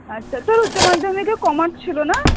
আচ্ছা তোর উচ্চমাধ্যমিকে কমার্স ছিল না